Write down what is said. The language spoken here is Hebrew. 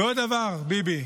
ועוד דבר, ביבי.